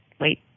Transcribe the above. wait